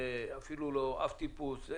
זה אפילו לא אבטיפוס.